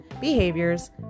behaviors